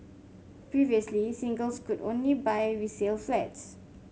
previously singles could only buy resale flats